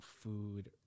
food